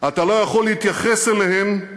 אתה לא יכול להתייחס אליהם